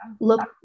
look